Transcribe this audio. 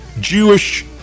Jewish